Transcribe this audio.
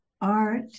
Art